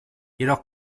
jedoch